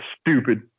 stupid